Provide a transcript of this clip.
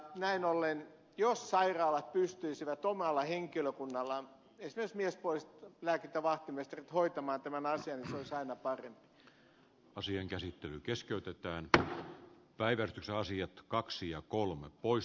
näin ollen jos sairaalat pystyisivät omalla henkilökunnallaan esimerkiksi miespuolisilla lääkintävahtimestareilla hoitamaan tämän asian niin se olisi aina parempi